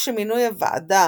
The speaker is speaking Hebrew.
אף שמינוי הוועדה